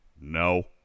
No